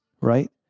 right